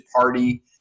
party